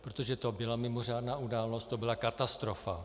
Protože to byla mimořádná událost, to byla katastrofa!